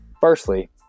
Firstly